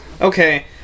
Okay